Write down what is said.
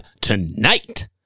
tonight